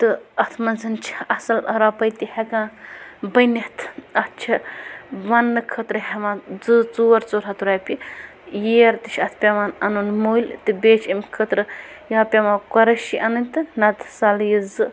تہٕ اَتھ منٛز چھےٚ اَصٕل رۄپَے تہِ ہٮ۪کان بٔنِتھ اَتھ چھِ ونٛنہٕ خٲطرٕ ہٮ۪وان زٕز ژور ژور ہَتھ رۄپیہِ یِیَر تہِ چھِ اَتھ پٮ۪وان اَنُن مٔلۍ تہٕ بیٚیہِ چھِ امہِ خٲطرٕ یا پٮ۪وان قۄرٲشی اَنٕنۍ تہٕ نَتہٕ سَلیہِ زٕ